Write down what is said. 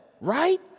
right